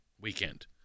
weekend